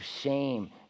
shame